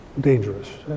dangerous